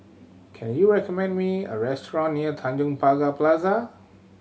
can you recommend me a restaurant near Tanjong Pagar Plaza